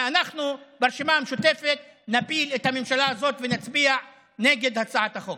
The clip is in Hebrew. ואנחנו ברשימה המשותפת נפיל את הממשלה הזאת ונצביע נגד הצעת החוק.